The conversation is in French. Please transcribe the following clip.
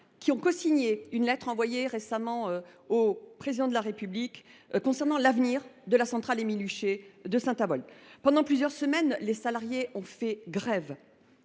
qui ont signé une lettre envoyée récemment au Président de la République au sujet de l’avenir de la centrale Émile Huchet de Saint Avold. Pendant plusieurs semaines, les salariés de cette